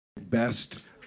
best